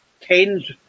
tens